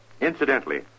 Incidentally